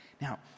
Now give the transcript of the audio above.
Now